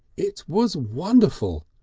it was wonderful,